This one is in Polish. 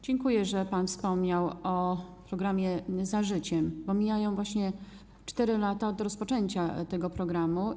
Dziękuję, że pan wspomniał o programie „Za życiem”, bo mijają właśnie 4 lata od rozpoczęcia tego programu.